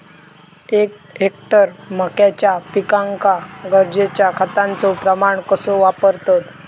एक हेक्टर मक्याच्या पिकांका गरजेच्या खतांचो प्रमाण कसो वापरतत?